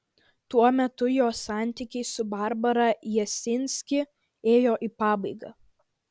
tuo metu jo santykiai su barbara jasinski ėjo į pabaigą